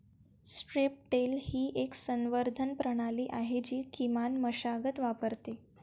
strip till ही एक संवर्धन प्रणाली आहे जी किमान मशागत वापरते